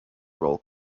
roll